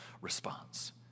response